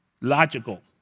logical